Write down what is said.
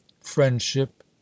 friendship